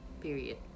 Period